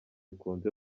ikunze